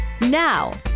Now